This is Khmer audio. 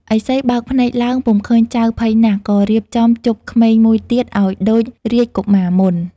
ឥសីបើកភ្នែកឡើងពុំឃើញចៅភ័យណាស់ ក៏រៀបចំជបក្មេងមួយទៀតឱ្យដូចរាជកុមារមុន។